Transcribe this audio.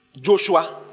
Joshua